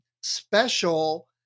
special